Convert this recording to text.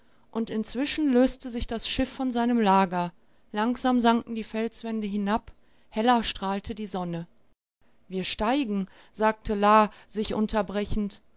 und inzwischen löste sich das schiff von seinem lager langsam sanken die felswände hinab heller strahlte die sonne wir steigen sagte la sich unterbrechend